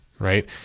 Right